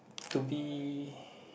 to be